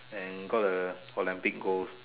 and got a Olympic gold